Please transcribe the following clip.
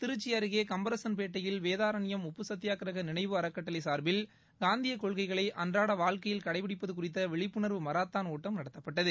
திருச்சி அருகே கம்பரசன்பேட்டையில் வேதாரண்யம் உப்பு சத்தியாகிரக நினைவு அறக்கட்டளை சார்பில் காந்திய கொள்கைகளை அன்றாட வாழ்க்கையில் கடைபிடிப்பது குறித்த விழிப்புணர்வு மாரத்தான் ஓட்டம் நடத்தப்பட்டது